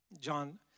John